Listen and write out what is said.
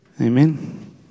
Amen